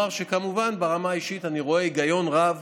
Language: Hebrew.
שכמובן, ברמה האישית אני רואה היגיון רב